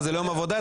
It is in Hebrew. זה לא יום עבודה?